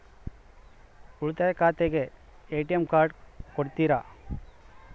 ಉಳಿತಾಯ ಖಾತೆಗೆ ATM card ಕೊಡ್ತೇರಿ?